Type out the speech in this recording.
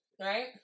right